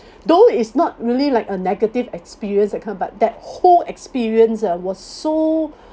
though it's not really like a negative experience that kind but that whole experience ah was so